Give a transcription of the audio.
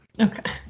Okay